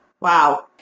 Wow